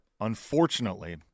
unfortunately